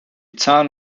town